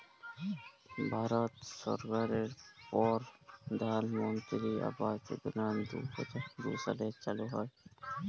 ভারত সরকারের পরধালমলত্রি আবাস যজলা দু হাজার দু সালে চালু